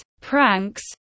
pranks